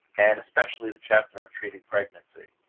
and especially the chapter on treating pregnancy.